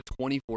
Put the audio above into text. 24